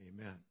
Amen